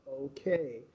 okay